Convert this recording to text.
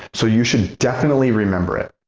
so you should definitely remember it.